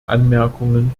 anmerkungen